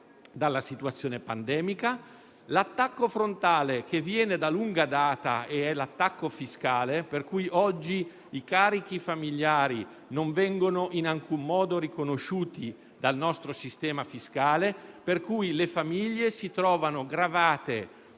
dalla situazione pandemica, ma l'attacco frontale che viene da lunga data è quello fiscale, per cui oggi i carichi familiari non vengono in alcun modo riconosciuti dal nostro sistema fiscale e le famiglie si trovano gravate